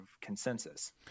consensus